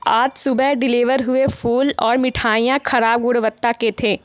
आज सुबह डिलेवर हुए फ़ूल और मिठाइयाँ ख़राब गुणवत्ता के थे